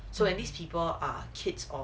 so at least people are kids or